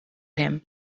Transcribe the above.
him